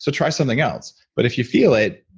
so try something else, but if you feel it,